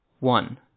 One